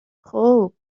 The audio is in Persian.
خوب